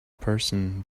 person